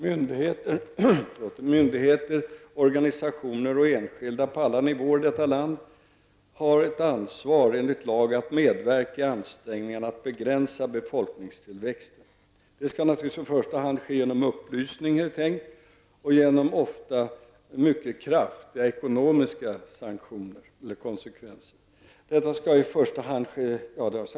Myndigheter, organisationer och enskilda på alla nivåer i detta land har ansvar enligt lag att medverka i ansträngningarna att begränsa befolkningstillväxten. Detta skall i första hand ske genom upplysning och genom ofta mycket kraftiga ekonomiska sanktioner.